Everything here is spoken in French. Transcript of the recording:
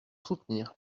soutenir